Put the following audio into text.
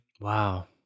Wow